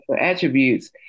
attributes